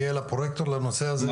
יהיה לה פרוייקטור לנושא הזה,